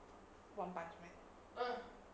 one punch man